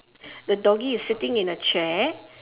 the doggy is sitting in a chair